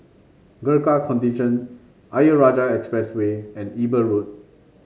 Gurkha Contingent Ayer Rajah Expressway and Eber Road